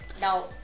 now